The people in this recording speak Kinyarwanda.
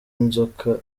inzoka